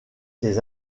ses